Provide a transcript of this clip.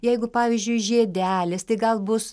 jeigu pavyzdžiui žiedelis tai gal bus